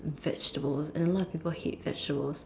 vegetables and a lot of people hate vegetables